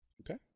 Okay